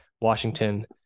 Washington